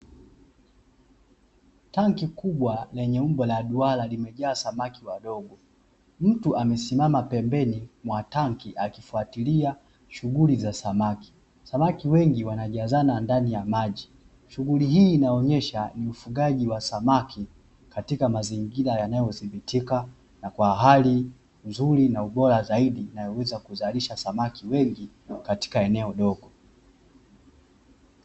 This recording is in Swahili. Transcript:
Tanki kubwa lenye umbo la duara limejaa samaki wadogo, mtu amesimama pembeni mwa tenki akifuatiia shughuli za samaki, samaki wengi wanajazana ndani ya maji, shughuli hii inaonyesha ufugaji wa samaki katika mazingira yanayodhibitika na kwa hali nzuri na ubora zaidi inayoweza kuzalisha samaki wengi katika eneo dogo.